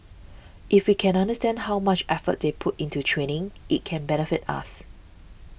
if we can understand how much effort they put into training it can benefit us